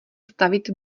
stavit